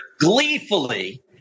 gleefully